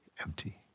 empty